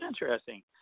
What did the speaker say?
interesting